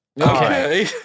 Okay